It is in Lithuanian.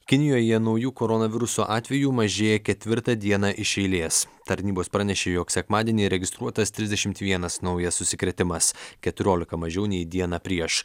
kinijoje naujų koronaviruso atvejų mažėja ketvirtą dieną iš eilės tarnybos pranešė jog sekmadienį registruotas trisdešimt vienas naujas užsikrėtimas keturiolika mažiau nei dieną prieš